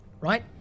right